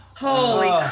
Holy